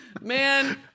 Man